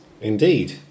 Indeed